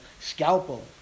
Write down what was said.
scalpel